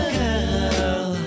girl